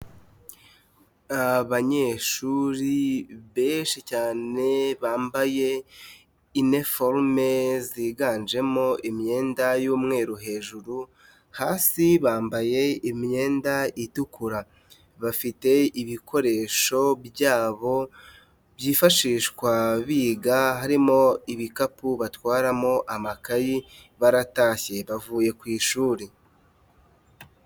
Abanyeshuri benshi cyane bambaye iniforume ziganjemo imyenda y'umweru hejuru, hasi bambaye imyenda itukura. Bafite ibikoresho byabo byifashishwa biga harimo ibikapu batwaramo amakayi baratashye bavuye ku ishuri.